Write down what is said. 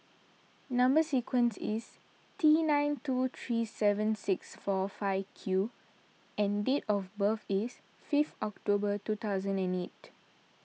Number Sequence is T two nine three seven six four five Q and date of birth is fifth October two thousand and eight